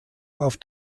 auf